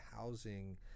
housing